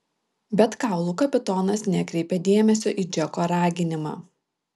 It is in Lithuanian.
bet kaulų kapitonas nekreipė dėmesio į džeko raginimą